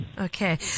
Okay